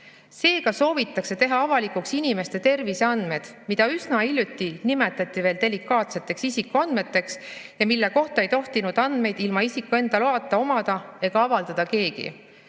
Seega soovitakse teha avalikuks inimeste terviseandmed, mida üsna hiljuti nimetati veel delikaatseteks isikuandmeteks ja mille kohta ei tohtinud andmeid ilma isiku enda loata omada ega avaldada keegi.